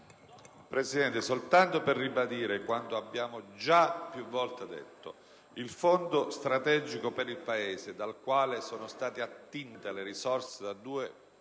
intervengo soltanto per ribadire quanto abbiamo già più volte detto: il Fondo strategico per il Paese, dal quale sono state attinte le risorse da 2